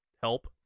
help